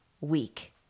week